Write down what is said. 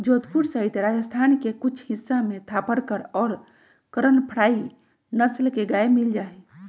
जोधपुर सहित राजस्थान के कुछ हिस्सा में थापरकर और करन फ्राइ नस्ल के गाय मील जाहई